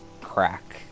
crack